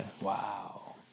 Wow